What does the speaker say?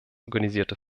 organisierte